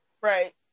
right